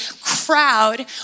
crowd